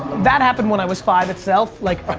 that happened when i was five itself like.